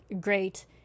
Great